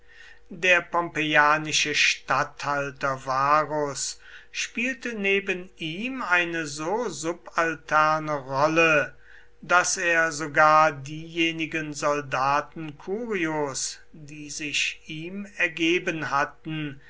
der pompeianische statthalter varus spielte neben ihm eine so subalterne rolle daß er sogar diejenigen soldaten curios die sich ihm ergeben hatten